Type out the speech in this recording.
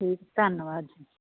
ਠੀਕ ਹੈ ਧੰਨਵਾਦ ਜੀ